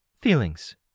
Feelings